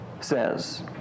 says